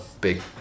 big